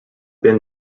bin